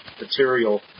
material